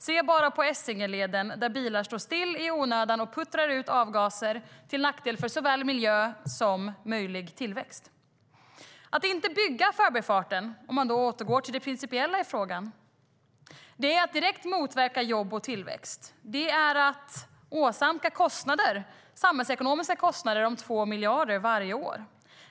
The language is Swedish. Se bara på Essingeleden, där bilar står still i onödan och puttrar ut avgaser till nackdel för såväl miljö som möjlig tillväxt. Att inte bygga Förbifarten, om man återgår till det principiella i frågan, är att direkt motverka jobb och tillväxt. Det är att åsamka samhällsekonomiska kostnader om 2 miljarder varje år.